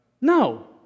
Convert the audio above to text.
No